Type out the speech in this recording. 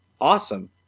Awesome